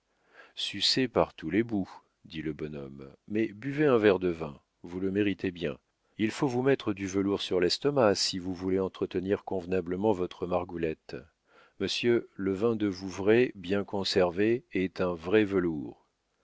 sucée par tous les bouts dit le bonhomme mais buvez un verre de vin vous le méritez bien il faut vous mettre du velours sur l'estomac si vous voulez entretenir convenablement votre margoulette monsieur le vin de vouvray bien conservé c'est un vrai velours